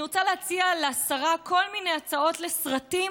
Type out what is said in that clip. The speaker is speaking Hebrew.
אני רוצה להציע לשרה כל מיני הצעות לסרטים